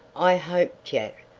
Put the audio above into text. i hope, jack,